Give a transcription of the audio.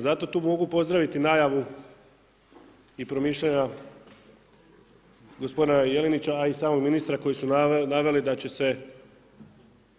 Zato tu mogu pozdraviti najavu i promišljanja gospodina Jelinića, a i samog ministra koji su naveli da će se